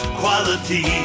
quality